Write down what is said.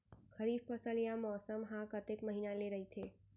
खरीफ फसल या मौसम हा कतेक महिना ले रहिथे?